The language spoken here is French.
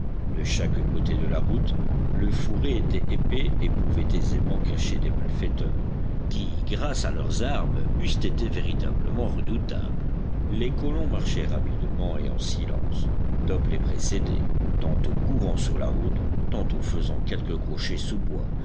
de chaque côté de la route le fourré était épais et pouvait aisément cacher des malfaiteurs qui grâce à leurs armes eussent été véritablement redoutables les colons marchaient rapidement et en silence top les précédait tantôt courant sur la route tantôt faisant quelque crochet